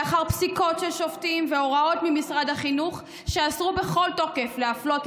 לאחר פסיקות של שופטים והוראות ממשרד החינוך שאסרו בכל תוקף להפלות,